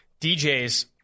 DJ's